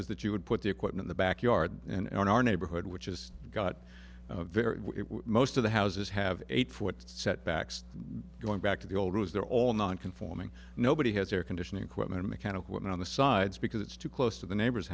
is that you would put the equipment the backyard and in our neighborhood which is got very most of the houses have eight foot setbacks going back to the old roads they're all non conforming nobody has air conditioning equipment a mechanic working on the sides because it's too close to the neighbor